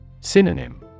Synonym